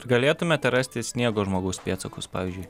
galėtumėte rasti sniego žmogaus pėdsakus pavyzdžiui